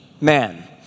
man